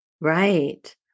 Right